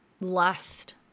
lust